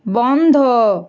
বন্ধ